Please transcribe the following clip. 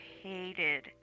hated